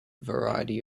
variety